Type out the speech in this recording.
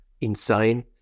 insane